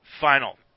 final